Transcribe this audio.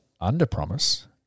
under-promise